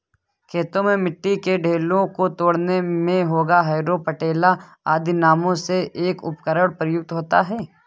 खेतों में मिट्टी के ढेलों को तोड़ने मे हेंगा, हैरो, पटेला आदि नामों से एक उपकरण प्रयुक्त होता है